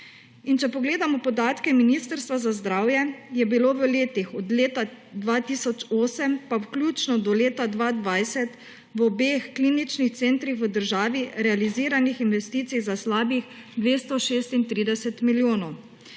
In če pogledamo podatke Ministrstva za zdravje, je bilo v letih od leta 2008 pa vključno do leta 2020 v obeh kliničnih centrih v državi realiziranih investicij za slabih 236 milijonov.